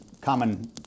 common